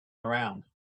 around